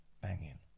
banging